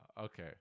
okay